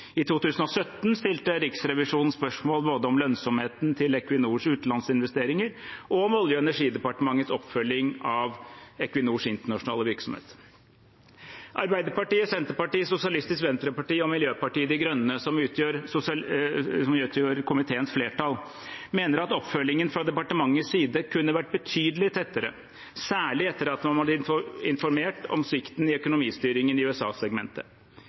I 2017 stilte Riksrevisjonen spørsmål både om lønnsomheten til Equinors utenlandsinvesteringer og om Olje- og energidepartementets oppfølging av Equinors internasjonale virksomhet. Arbeiderpartiet, Senterpartiet, Sosialistisk Venstreparti og Miljøpartiet De Grønne, som utgjør komiteens flertall, mener at oppfølgingen fra departementets side kunne vært betydelig tettere, særlig etter at man hadde informert om svikten i økonomistyringen i